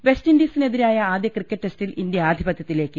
വെസ്റ്റിൻഡീസിനെതിരായ ആദ്യ ക്രിക്കറ്റ് ടെസ്റ്റിൽ ഇന്ത്യ ആധിപത്യത്തിലേക്ക്